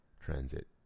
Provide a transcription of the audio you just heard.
transit